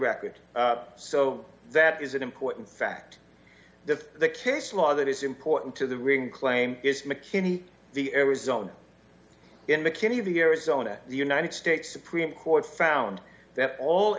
record so that is an important fact to the case law that is important to the ring claim is mckinney the arizona in mckinney the arizona united states supreme court found that all